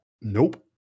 Nope